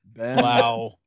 Wow